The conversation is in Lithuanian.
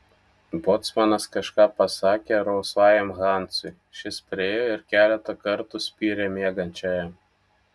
bocmanas kažką pasakė rausvajam hansui šis priėjo ir keletą kartų spyrė miegančiajam